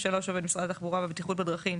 (3)עובד משרד התחבורה והבטיחות בדרכים,